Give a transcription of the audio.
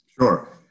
Sure